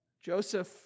Joseph